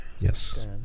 Yes